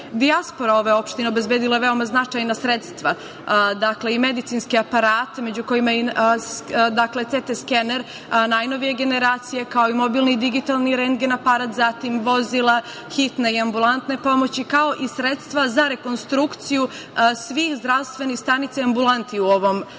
Dijaspora ove opštine obezbedila je veoma značajna sredstva i medicinske aparate među kojima i CT skener, najnovije generacije, kao i mobilni i digitalni rendgen aparat, zatim vozila hitne i ambulantne pomoći, kao i sredstva za rekonstrukciju svih zdravstvenih stanica i ambulanti u ovom